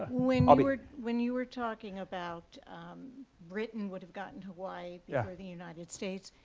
when um you when you were talking about um britain would have gotten hawaii yeah the united states.